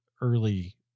early